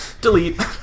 Delete